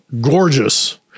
Gorgeous